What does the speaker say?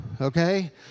okay